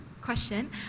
question